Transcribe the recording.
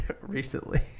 Recently